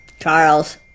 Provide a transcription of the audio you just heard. Charles